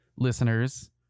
Listeners